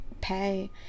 pay